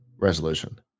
resolution